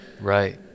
Right